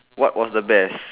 what was the best